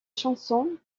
chanson